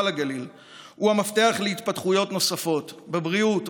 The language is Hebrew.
לגליל הם המפתח להתפתחויות נוספות בבריאות,